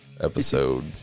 episode